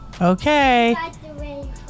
Okay